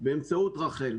באמצעות רח"ל,